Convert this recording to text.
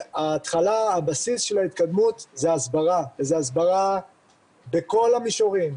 הבסיס של ההתקדמות זאת ההסברה וזאת הסברה בכל המישורים,